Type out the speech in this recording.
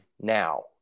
now